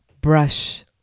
brush